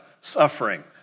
suffering